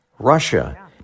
russia